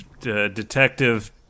Detective